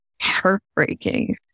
heartbreaking